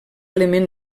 element